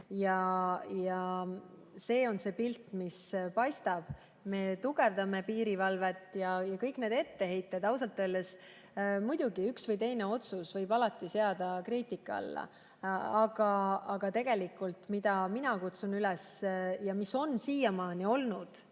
on. See on see pilt, mis paistab. Me tugevdame piirivalvet, ja kõik need etteheited, ausalt öeldes ... Muidugi, ühe või teise otsuse võib alati seada kriitika alla, aga tegelikult ma kutsun üles sellele ja see on siiamaani olnud